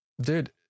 dude